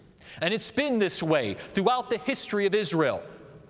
and it's been this way throughout the history of israel.